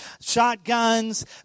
shotguns